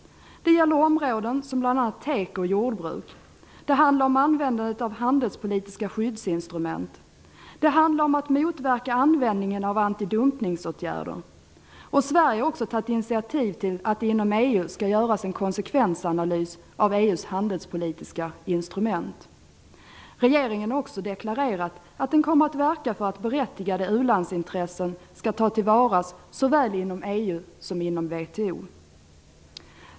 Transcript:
Det gäller områden som bl.a. teko och jordbruk. Det handlar om användandet av handelspolitiska skyddsinstrument. Det handlar om användningen av antidumpningsåtgärder. Sverige har också tagit initiativ till att det inom EU skall göras en konsekvensanalys av EU:s handelspolitiska instrument. Regeringen har också deklarerat att den kommer att verka för att berättigade u-landsintressen skall tas till vara såväl inom EU som inom WTO.